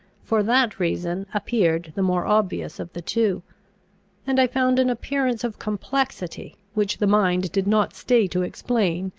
for that reason appeared the more obvious of the two and i found an appearance of complexity, which the mind did not stay to explain,